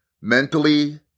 mentally